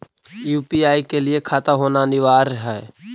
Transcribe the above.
UPI के लिए खाता होना अनिवार्य है?